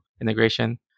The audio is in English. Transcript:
integration